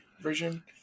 version